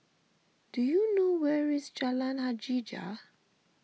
do you know where is Jalan Hajijah